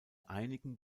einigen